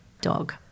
dog